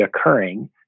occurring